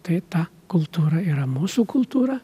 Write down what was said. tai ta kultūra yra mūsų kultūra